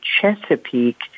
Chesapeake